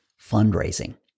fundraising